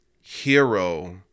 hero